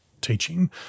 teaching